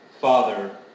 Father